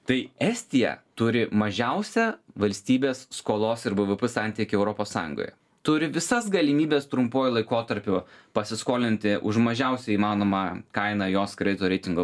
tai estija turi mažiausią valstybės skolos ir bvp santykį europos sąjungoje turi visas galimybes trumpuoju laikotarpiu pasiskolinti už mažiausią įmanomą kainą jos kredito reitingo